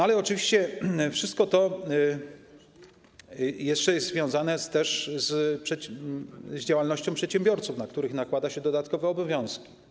Ale oczywiście wszystko to jeszcze jest związane też z działalnością przedsiębiorców, na których nakłada się dodatkowe obowiązki.